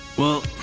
well,